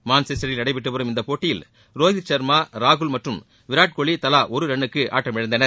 மான்செஸ்டரில் நடைபெற்று வரும் இப்போட்டியில் ரோஹித் ஷர்மா ராகுல் மற்றும் விராட் கோலி தலா ஒரு ரன்னுக்கு ஆட்டமிழந்தனர்